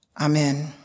Amen